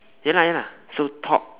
ya lah ya lah so top